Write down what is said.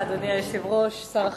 אדוני היושב-ראש, תודה לך, שר החקלאות,